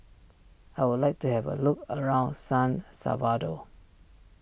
I would like to have a look around San Salvador